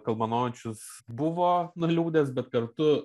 kalmanovičius buvo nuliūdęs bet kartu